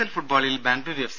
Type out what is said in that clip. L ഫുട്ബോളിൽ Bengaluru F